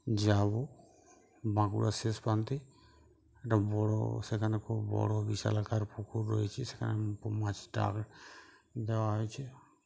যাবো বাঁকুড়ার শেষ প্রান্তে একটা বড়ো সেখানে খুব বড়ো বিশালাকার পুকুর রয়েছে সেখানে মাছটার দেওয়া হয়েছে